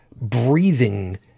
breathing